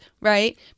right